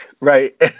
Right